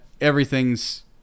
everything's